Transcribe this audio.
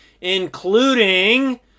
including